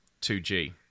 2G